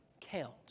count